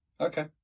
Okay